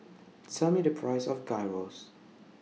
Tell Me The Price of Gyros